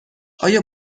آیا